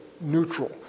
neutral